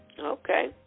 Okay